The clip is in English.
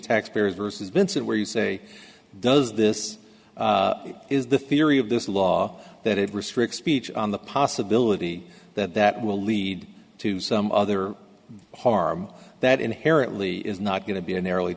taxpayers versus vincent where you say does this is the theory of this law that it restricts speech on the possibility that that will lead to some other harm that inherently is not going to be an ear